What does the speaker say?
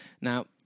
Now